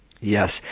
Yes